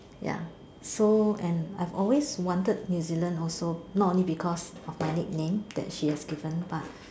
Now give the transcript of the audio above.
ya so and I've always wanted New Zealand also not only because of my nickname that she has given but